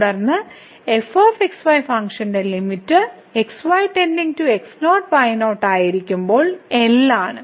തുടർന്ന് fxy ഫംഗ്ഷന്റെ limit x y → x0 y0 ആയിരിക്കുമ്പോൾ L ആണ്